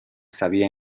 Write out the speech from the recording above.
sabía